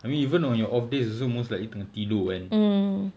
I mean even on your off days also most likely kena tidur kan